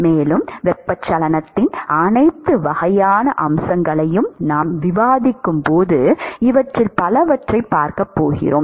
மேலும் வெப்பச்சலனத்தின் அனைத்து வகையான அம்சங்களையும் நாம் விவாதிக்கும்போது இவற்றில் பலவற்றைப் பார்க்கப் போகிறோம்